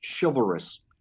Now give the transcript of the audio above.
chivalrous